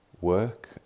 work